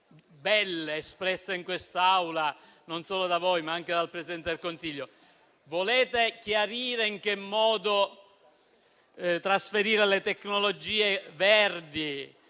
belle espresse in quest'Aula, non solo da voi, ma anche dal Presidente del Consiglio? Volete chiarire in che modo trasferire le tecnologie verdi